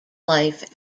life